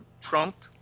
Trump